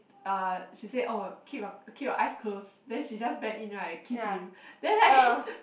uh she said oh keep your keep your eyes closed then she just bend in right kiss him then like